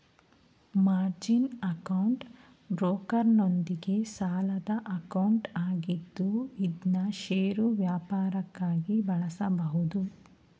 margin account ಬ್ರೋಕರ್ನೊಂದಿಗೆ ಸಾಲದ account ಆಗಿದ್ದು ಇದ್ನಾ ಷೇರು ವ್ಯಾಪಾರಕ್ಕಾಗಿ ಬಳಸಬಹುದು